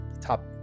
top